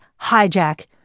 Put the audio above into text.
hijack